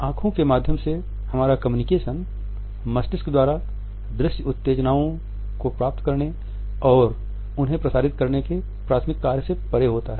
आंखों के माध्यम से हमारा कम्युनिकेशन मस्तिष्क द्वारा दृश्य उत्तेजनाओं को प्राप्त करने और उन्हें प्रसारित करने के प्राथमिक कार्य से परे होता है